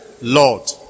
Lord